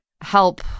help